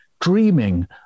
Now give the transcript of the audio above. dreaming